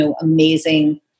amazing